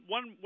One